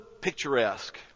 picturesque